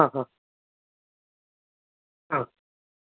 ആ ആ ആ